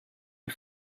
you